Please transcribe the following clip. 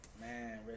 Man